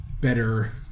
better